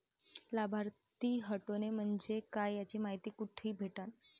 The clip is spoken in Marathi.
लाभार्थी हटोने म्हंजे काय याची मायती कुठी भेटन?